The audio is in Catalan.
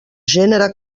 gènere